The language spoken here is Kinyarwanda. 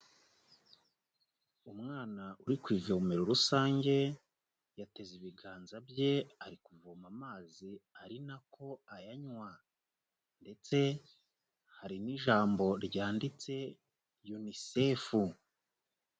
Umwana uri ku ivomero rusange, yateze ibiganza bye, ari kuvoma amazi ari nako ayanywa ndetse hari n'ijambo ryanditse UNICEF.